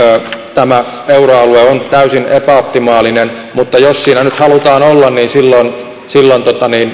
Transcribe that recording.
tämä euroalue on täysin epäoptimaalinen mutta jos siinä nyt halutaan olla niin silloin silloin